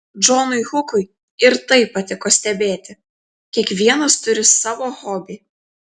džonui hukui ir tai patiko stebėti kiekvienas turi savo hobį